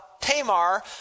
Tamar